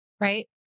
right